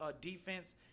defense